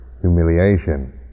humiliation